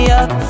up